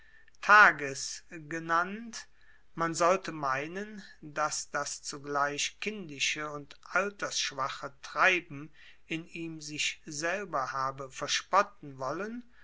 tages genannt man sollte meinen dass das zugleich kindische und altersschwache treiben in ihm sich selber habe verspotten wollen